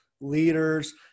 leaders